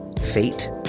fate